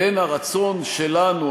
בין הרצון שלנו,